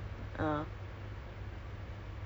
it's not like you don't feel like